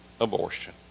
abortion